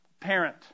parent